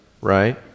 right